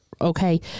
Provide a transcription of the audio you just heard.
okay